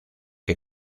que